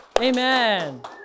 amen